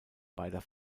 beider